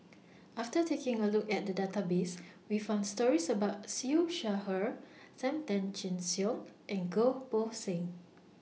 after taking A Look At The Database We found stories about Siew Shaw Her SAM Tan Chin Siong and Goh Poh Seng